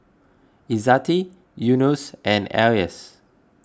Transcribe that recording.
Izzati Yunos and Elyas